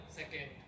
second